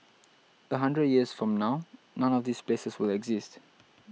a hundred years from now none of these places will exist